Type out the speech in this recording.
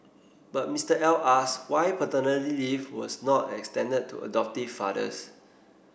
but Mister L asked why paternity leave was not extended to adoptive fathers